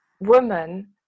woman